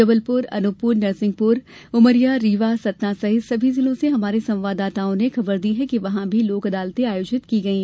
जबलपुर अनूपपुर नरसिंहपुर उमरिया रीवा सतना सहित सभी जिलों से हमारे संवाददाताओं ने खबर दी है कि वहां भी लोक अदालतें आयोजित की गयी